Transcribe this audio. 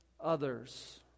Others